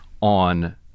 on